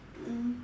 mm